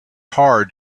hard